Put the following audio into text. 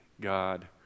God